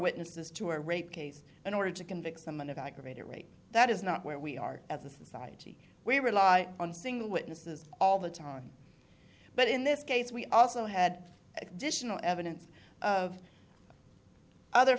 witnesses to a rape case in order to convict someone of aggravated rape that is not where we are as a society we rely on single witnesses all the time but in this case we also had additional evidence of other